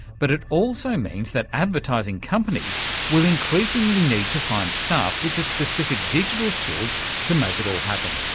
but it also means that advertising companies will increasingly need to find staff with the specific digital skills to make it all happen.